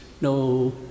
no